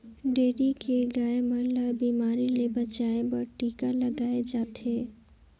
dairy के गाय मन ल बेमारी ले बचाये बर टिका लगाल जाथे